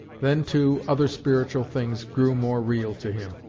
then, too, other spiritual things grew more real to him.